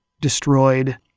destroyed